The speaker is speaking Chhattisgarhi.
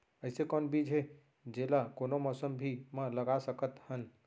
अइसे कौन बीज हे, जेला कोनो मौसम भी मा लगा सकत हन?